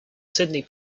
sydney